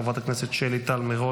חברת הכנסת שלי טל מירון,